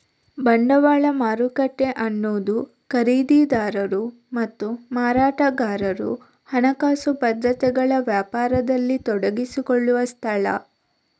ಬಂಡವಾಳ ಮಾರುಕಟ್ಟೆ ಅನ್ನುದು ಖರೀದಿದಾರರು ಮತ್ತು ಮಾರಾಟಗಾರರು ಹಣಕಾಸು ಭದ್ರತೆಗಳ ವ್ಯಾಪಾರದಲ್ಲಿ ತೊಡಗಿಸಿಕೊಳ್ಳುವ ಸ್ಥಳ